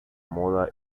moda